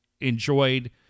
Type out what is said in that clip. enjoyed